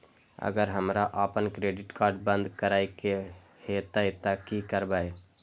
अगर हमरा आपन क्रेडिट कार्ड बंद करै के हेतै त की करबै?